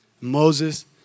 Moses